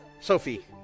Sophie